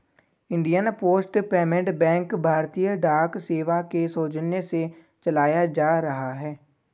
Indian post payment bank भारतीय डाक सेवा के सौजन्य से चलाया जा रहा है